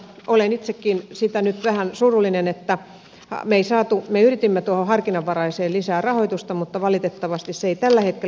olen itsekin siitä nyt vähän surullinen että me emme saaneet tuohon harkinnanvaraiseen lisää rahoitusta me yritimme mutta valitettavasti se ei onnistu tällä hetkellä